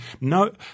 no